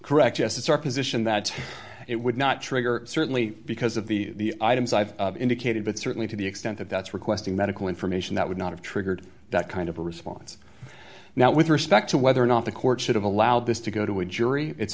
correct yes it's our position that it would not trigger certainly because of the items i've indicated but certainly to the extent that that's requesting medical information that would not have triggered that kind of a response now with respect to whether or not the court should have allowed this to go to a jury it's